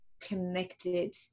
connected